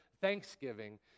Thanksgiving